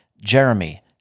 Jeremy